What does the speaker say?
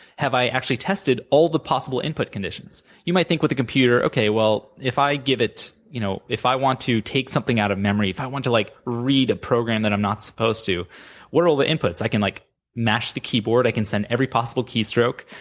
have i actually tested all the possible input conditions? you might think, with a computer, okay well, if i give it you know if i want to take something out of memory, if i want to like read a program that i'm not supposed, what are all the inputs? i can like mash the keyboard, i can send every possible keystroke.